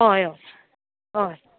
हय हय हय